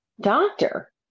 doctor